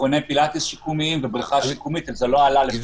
מכוני פילטיס שיקומיים ובריכה שיקומית --- כי